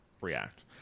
react